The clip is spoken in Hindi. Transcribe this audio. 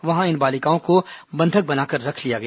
वहां इन बालिकाओं को बंधक बनाकर रख लिया गया